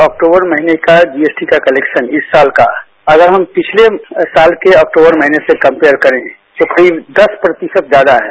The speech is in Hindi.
अक्तूबर महीने का जीएसटी का कलेक्शन इस साल का अगर हम पिछले साल के अक्तूबर महीने से कम्पेयर करें तो करीब दस प्रतिशत ज्यादा है